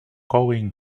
going